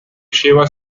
lleva